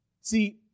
See